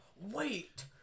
wait